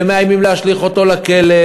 ומאיימים להשליך אותו לכלא,